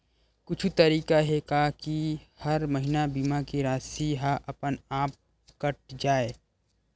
कुछु तरीका हे का कि हर महीना बीमा के राशि हा अपन आप कत जाय?